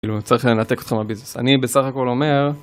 צריך לנתק אתכם בביזנס. אני בסך הכל אומר...